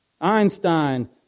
Einstein